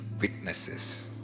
witnesses